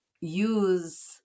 use